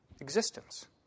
Existence